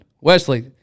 Wesley